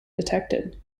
detected